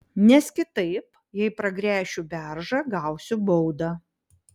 nes kitaip jei pragręšiu beržą gausiu baudą